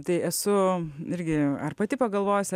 tai esu irgi ar pati pagalvosi